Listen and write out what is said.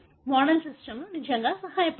model సిస్టమ్లు నిజంగా సహాయపడతాయి